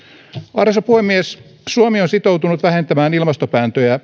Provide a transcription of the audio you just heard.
arvoisa puhemies suomi on sitoutunut vähentämään ilmastopäästöjään